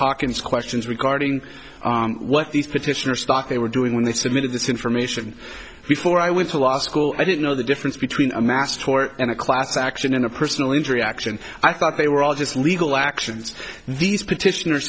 his questions regarding what these petitioner stock they were doing when they submitted this information before i went to law school i didn't know the difference between a mass tort and a class action in a personal injury action i thought they were all just legal actions these petitioner